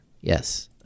Yes